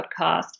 podcast